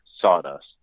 sawdust